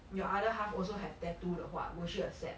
your other half also have tattoo 的话 will she accept